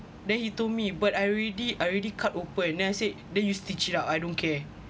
then he told me but I already I already cut open and then I say then you stitch it up I don't care